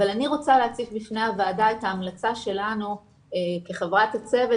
אבל אני רוצה להציג בפני הוועדה את ההמלצה שלנו כחברת הצוות,